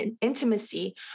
intimacy